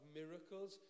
miracles